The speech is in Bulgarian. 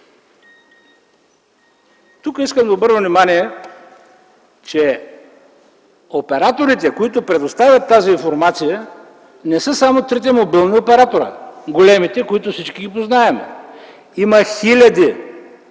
Тук искам да обърна внимание, че операторите, които предоставят тази информация, не са само трите мобилни оператора, които всички знаем. Има хиляди